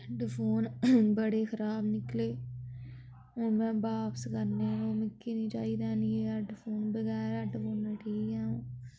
headphone बड़े खराब निकले हून में बापस करने न ओह् मिकी नी चाहिदे हैनी हैडफोन बगैर हैडफोने ठीक ऐ आ'ऊं